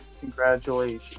Congratulations